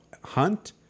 hunt